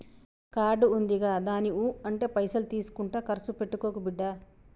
card ఉందిగదాని ఊ అంటే పైసలు తీసుకుంట కర్సు పెట్టుకోకు బిడ్డా